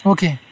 Okay